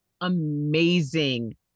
amazing